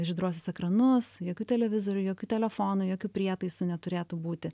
žydruosius ekranus jokių televizorių jokių telefonų jokių prietaisų neturėtų būti